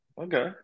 okay